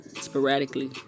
sporadically